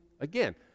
again